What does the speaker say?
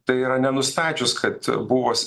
tai yra nenustačius kad buvo